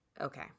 Okay